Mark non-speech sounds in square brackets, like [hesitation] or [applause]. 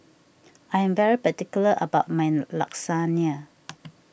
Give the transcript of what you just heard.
I am very particular about my [hesitation] Lasagna